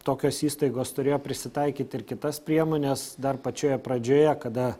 tokios įstaigos turėjo prisitaikyti ir kitas priemones dar pačioje pradžioje kada